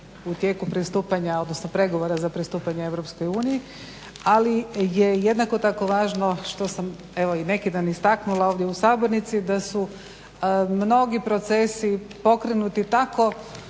odnosno pregovora za pristupanje EU ali je jednako tako važno što sam evo i neki dan istaknula ovdje u sabornici da su mnogi procesi pokrenuti tako